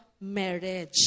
marriage